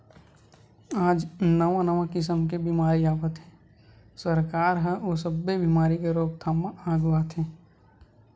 आज नवा नवा किसम के बेमारी आवत हे, सरकार ह ओ सब्बे बेमारी के रोकथाम म आघू आथे